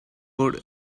good